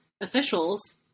officials